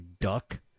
duck